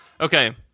Okay